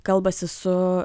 kalbasi su